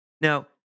Now